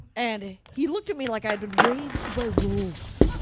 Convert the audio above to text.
and he looked at me like i'd been raised by wolves.